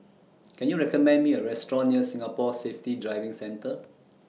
Can YOU recommend Me A Restaurant near Singapore Safety Driving Centre